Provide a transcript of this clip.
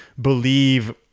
believe